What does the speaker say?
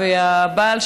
והבעל,